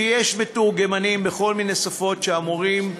הוא שיש מתורגמנים לכל מיני שפות שאמורים,